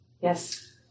Yes